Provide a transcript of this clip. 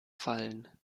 fallen